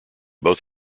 both